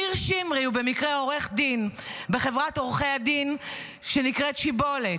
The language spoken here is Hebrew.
ניר שמרי הוא במקרה עורך דין בחברת עורכי הדין שנקראת שיבולת.